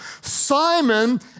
Simon